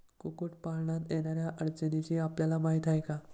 कुक्कुटपालनात येणाऱ्या अडचणींची आपल्याला माहिती आहे का?